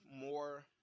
more